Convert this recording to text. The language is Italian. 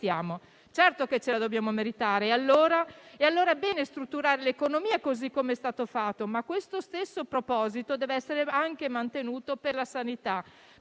Certo che ce la dobbiamo meritare e allora è bene strutturare l'economia, così come è stato fatto, ma questo stesso proposito deve essere anche mantenuto per la sanità.